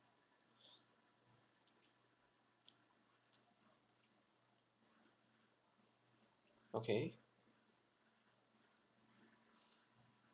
okay